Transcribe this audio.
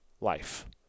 life